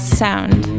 sound